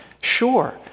Sure